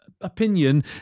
opinion